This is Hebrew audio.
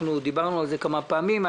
דיברנו על זה כמה פעמים.